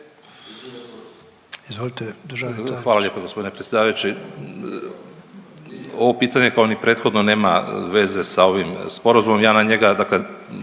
Hvala lijepo gospodine predsjedavajući. Ovo pitanje kao ni prethodno nema veze sa ovim sporazumom. Ja na njega dakle